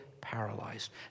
paralyzed